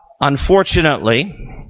unfortunately